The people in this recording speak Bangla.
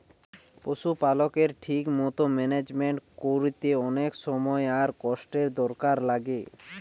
পশুপালকের ঠিক মতো ম্যানেজমেন্ট কোরতে অনেক সময় আর কষ্টের দরকার লাগে